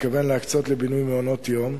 מתכוון להקצות לבינוי מעונות-יום,